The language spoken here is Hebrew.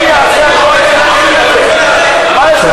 מדינה פלסטינית ושתי